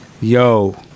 Yo